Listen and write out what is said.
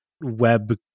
web